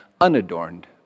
unadorned